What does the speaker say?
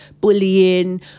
bullying